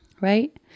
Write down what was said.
right